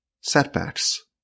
setbacks